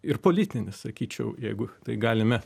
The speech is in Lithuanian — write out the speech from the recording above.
ir politinis sakyčiau jeigu tai galime